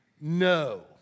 No